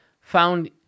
found